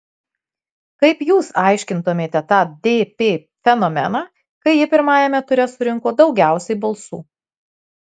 kaip jūs aiškintumėte tą dp fenomeną kai ji pirmajame ture surinko daugiausiai balsų